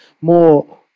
more